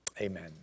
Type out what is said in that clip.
Amen